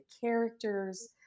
characters